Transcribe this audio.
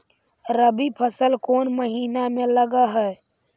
रबी फसल कोन महिना में लग है?